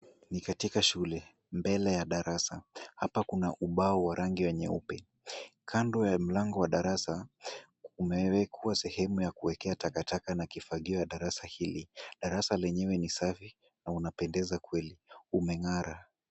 Ni katika shule, mbele ya darasa. Hapa kuna ubao wa rangi ya nyeupe. Kando ya mlango wa darasa, kumewekwa sehemu ya kuwekea takataka na ufagio wa darasa hili. Darasa lenyewe ni safi, na limependeza kweli, limeng'ara.